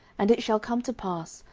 and it shall come to pass,